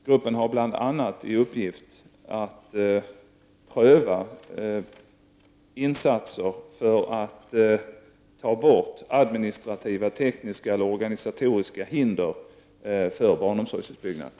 Gruppen har bl.a. i uppgift att pröva insatser för att ta bort administrativa, tekniska eller organisatoriska hinder för barnomsorgsutbyggnaden.